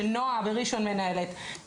שנועה בראשון מנהלת,